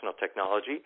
technology